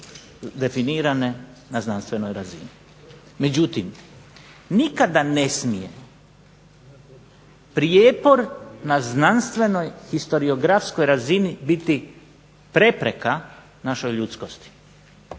definirane na znanstvenoj razini. Međutim, nikada ne smije prijepor na znanstvenoj, historiografskoj razini biti prepreka našoj ljudskosti.